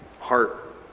heart